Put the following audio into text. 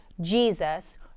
Jesus